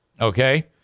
Okay